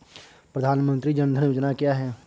प्रधानमंत्री जन धन योजना क्या है?